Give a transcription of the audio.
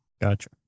Gotcha